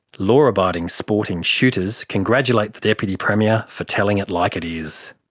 law abiding sporting shooters congratulate the deputy premier for telling it like it is.